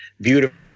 beautiful